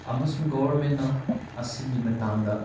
ꯑꯃꯁꯨꯡ ꯒꯣꯔꯃꯦꯟꯅ ꯑꯁꯤꯒꯤ ꯃꯇꯥꯡꯗ